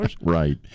Right